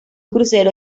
crucero